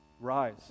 Rise